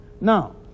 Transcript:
now